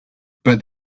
but